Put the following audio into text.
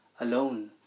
alone